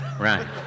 Right